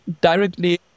directly